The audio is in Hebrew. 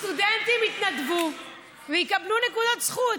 סטודנטים יתנדבו ויקבלו נקודות זכות.